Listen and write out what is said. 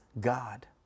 God